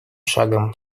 шагом